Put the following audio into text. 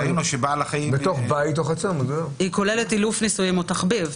זה כולל אילוף, ניסויים או תחביב.